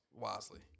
wisely